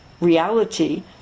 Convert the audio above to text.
reality